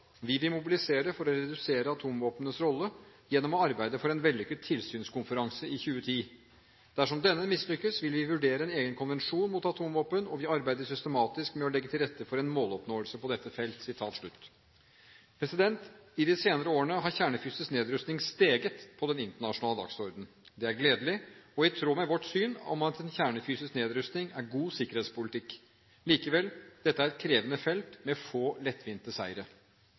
vil mobilisere for å redusere atomvåpnenes rolle gjennom å arbeide for en vellykket tilsynskonferanse i 2010. Dersom denne mislykkes vil vi vurdere en egen konvensjon mot atomvåpen.» Vi arbeider systematisk med å legge til rette for en måloppnåelse på dette felt. I de senere årene har kjernefysisk nedrustning steget på den internasjonale dagsordenen. Det er gledelig og i tråd med vårt syn om at kjernefysisk nedrustning er god sikkerhetspolitikk. Likevel: Dette er et krevende felt med få lettvinte seire.